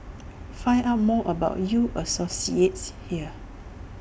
find out more about U associates here